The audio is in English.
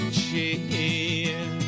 cheer